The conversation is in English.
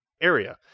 area